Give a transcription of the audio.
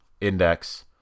index